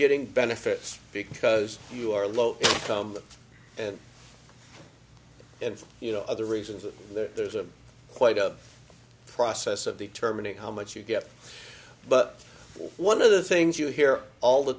getting benefits because you are low income and and you know other reasons that the there's a quite a process of the terminate how much you get but one of the things you hear all the